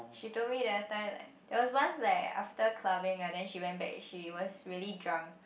she told me the other time like there was once like after clubbing ah she went back and she was really drunk